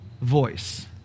voice